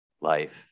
life